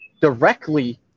directly